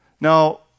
Now